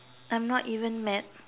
I'm not even mad